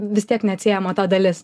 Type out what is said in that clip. vis tiek neatsiejama to dalis